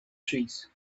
trees